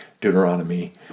Deuteronomy